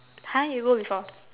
!huh! you go before